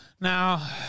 Now